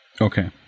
Okay